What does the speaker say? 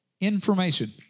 Information